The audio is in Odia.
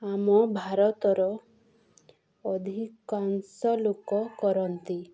ଆମ ଭାରତର ଅଧିକାଂଶ ଲୋକ କରନ୍ତି